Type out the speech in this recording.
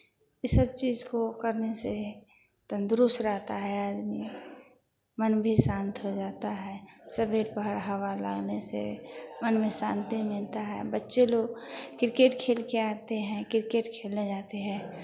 ई सब चीज़ को करने से तंदुरुस्त रहता है आदमी मन भी शांत हो जाता है सबेर पहर हवा लगने से मन में शांति मिलता है बच्चे लोग क्रिकेट खेल के आते हैं क्रिकेट खेलने जाते हैं